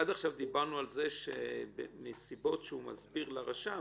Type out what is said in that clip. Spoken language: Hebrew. עכשיו דיברנו על זה שבנסיבות שהאדם מסביר לרשם,